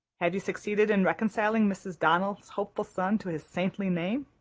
have you succeeded in reconciling mrs. donnell's hopeful son to his saintly name?